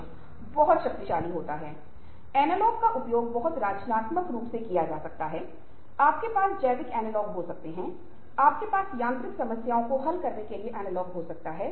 इसलिए अगर हम वह तरीके में या शैली में बात कर रहे हैं जो दूसरे व्यक्ति को उम्मीद है तो वास्तव में वह बहुत दिलचस्प और प्रभावी हो जाता है